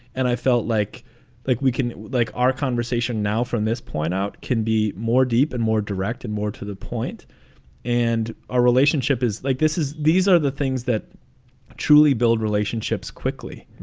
and i felt like like we can like our conversation now from this point out can be more deep and more direct and more to the point and our relationship is like this is these are the things that truly build relationships quickly.